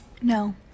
No